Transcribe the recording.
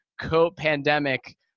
co-pandemic